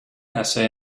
assay